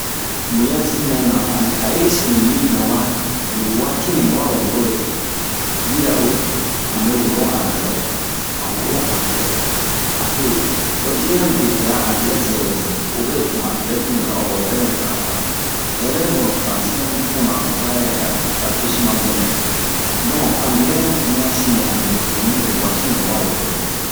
Mu ya sin mɛna ani ha'iri-senu li mɛ wa ni waati nɛ un wa wori yɛ yirawe a mɛ woro anglɛ an woro anglɛ abe ho dimiyan bepɛ a anglɛ zɛrɛ zɛrɛ o bɛ zun anglɛ to mu zan oro o yɛrɛ bɛ va la'uru hɛ bɛ zun ho faransɛ mu puna to ba yɛrɛ a a dosi ma bɛnɛ don anglɛ mu ya sin mɛna a me zun nibe waati nɛ un wa woro yɛ